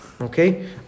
Okay